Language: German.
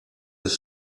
des